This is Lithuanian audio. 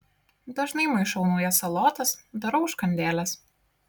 dažnai maišau naujas salotas darau užkandėles